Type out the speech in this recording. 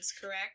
correct